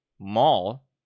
mall